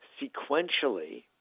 sequentially